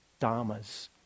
Dhammas